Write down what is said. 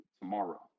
tomorrow